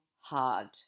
hard